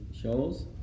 shows